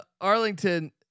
Arlington